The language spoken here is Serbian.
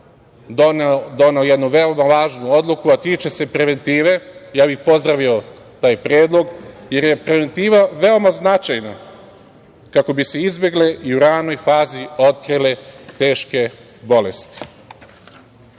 doneo jednu veoma važnu odluku, a tiče se preventive. Pozdravio bih taj predlog, jer je preventiva veoma značajna kako bi se izbegle i u ranoj fazi otkrile teške bolesti.